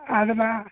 ಅದನ್ನ